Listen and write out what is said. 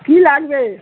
কী লাগবে